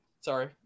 Sorry